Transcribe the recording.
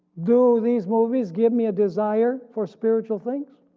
do these movies give me a desire for spiritual things?